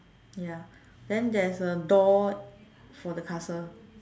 ya then there's a door for the castle